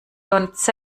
macht